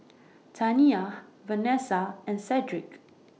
Taniyah Vanessa and Sedrick